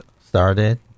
started